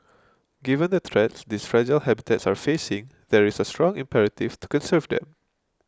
given the threats these fragile habitats are facing there is a strong imperative to conserve them